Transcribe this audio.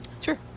Sure